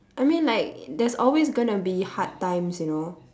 I mean like there's always gonna be hard times you know